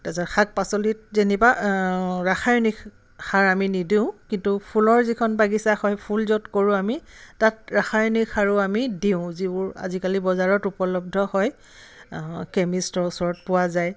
তাৰপাছত শাক পাচলিত যেনিবা ৰাসায়নিক সাৰ আমি নিদিওঁ কিন্তু ফুলৰ যিখন বাগিচা হয় ফুল য'ত কৰোঁ আমি তাত ৰাসায়নিক সাৰো আমি দিওঁ যিবোৰ আজিকালি বজাৰত উপলব্ধ হয় কেমিষ্টৰ ওচৰত পোৱা যায়